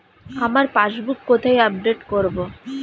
আমার পাসবুক কোথায় আপডেট করব?